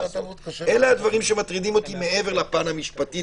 אלה הדברים שמטרידים אותי מעבר לפן המשפטי,